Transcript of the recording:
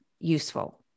useful